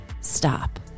stop